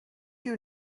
you